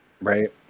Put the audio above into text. Right